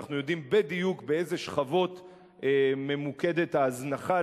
כשאנחנו יודעים בדיוק באיזה שכבות ממוקדת ההזנחה,